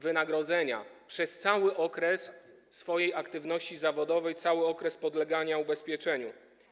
wynagrodzenia przez cały okres swojej aktywności zawodowej, cały okres podlegania ubezpieczeniu.